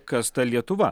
kas ta lietuva